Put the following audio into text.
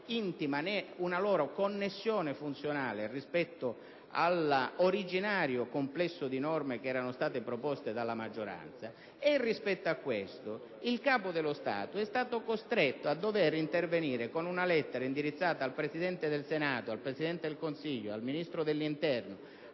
intima né una loro connessione funzionale rispetto all'originario complesso di norme proposte dalla maggioranza. Rispetto a questo il Capo dello Stato è stato costretto ad intervenire con una lettera indirizzata al Presidente del Senato, al Presidente del Consiglio, al Ministro dell'interno